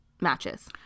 matches